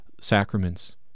sacraments